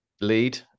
lead